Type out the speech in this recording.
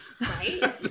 Right